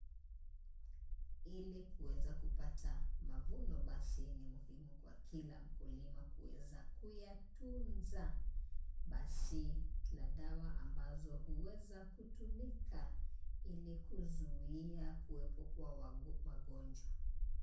Ili kuweza kupata mavuno, basi ni muhimu kwa kila mkulima kuweza kuyatunza. Basi tuna dawa ambazo huweza kutumika, ili kuzuia kuwepo kwa magonjwa.